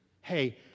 Hey